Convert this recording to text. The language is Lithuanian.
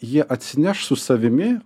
jie atsineš su savimi